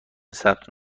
ثبت